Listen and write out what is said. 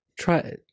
Try